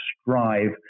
strive